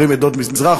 אומרים עדות מזרח,